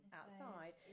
outside